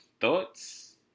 Thoughts